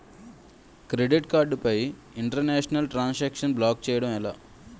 Credit card పై international transaction block చేయటం ఎలా?